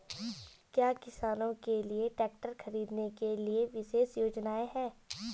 क्या किसानों के लिए ट्रैक्टर खरीदने के लिए विशेष योजनाएं हैं?